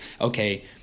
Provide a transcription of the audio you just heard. okay